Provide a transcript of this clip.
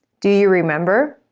do you remember?